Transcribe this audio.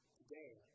today